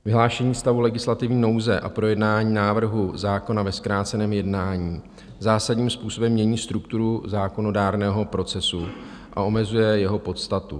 Vyhlášení stavu legislativní nouze a projednání návrhu zákona ve zkráceném jednání zásadním způsobem mění strukturu zákonodárného procesu a omezuje jeho podstatu.